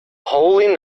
holy